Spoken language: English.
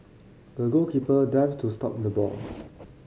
the goalkeeper dived to stop the ball